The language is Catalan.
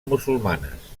musulmanes